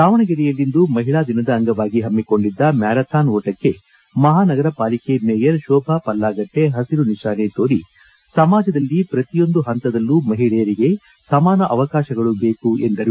ದಾವಣಗೆರೆಯಲ್ಲಿಂದು ಮಹಿಳಾ ದಿನದ ಅಂಗವಾಗಿ ಪಮ್ಮಿಕೊಂಡಿದ್ದ ಮ್ಕಾರಥಾನ್ ಓಟಕ್ಕೆ ಮಹಾನಗರ ಪಾಲಿಕೆ ಮೇಯರ್ ಶೋಭಾ ಪಲ್ಲಾಗಟ್ಟೆ ಹಸಿರು ನಿಶಾನೆ ತೋರಿ ಸಮಾಜದಲ್ಲಿ ಪ್ರತಿಯೊಂದು ಪಂತದಲ್ಲೂ ಮಹಿಳೆಯರಿಗೆ ಸಮಾನ ಅವಕಾಶಗಳು ಬೇಕು ಎಂದರು